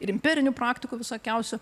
ir imperinių praktikų visokiausių